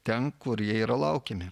ten kur jie yra laukiami